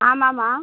ஆமாம்மா